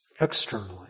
externally